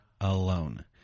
alone